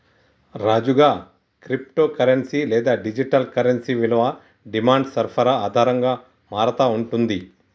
రాజుగా, crypto currency లేదా digital currency విలువ డిమాండ్ సరఫరా ఆధారంగా మారతా ఉంటుంది